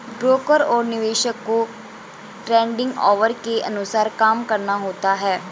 broker और निवेशक को ट्रेडिंग ऑवर के अनुसार काम करना होता है